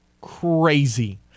crazy